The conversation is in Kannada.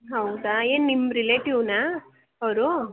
ಹೌದಾ ಏನು ನಿಮ್ಮ ರಿಲೇಟಿವ್ನಾ ಅವರು